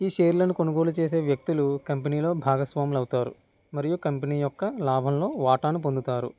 ఈ షేర్లను కొనుగోలు చేసే వ్యక్తులు కంపెనీలో భాగస్వాములు అవుతారు మరియు కంపెనీ యొక్క లాభంలో వాటాను పొందుతారు